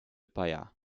païen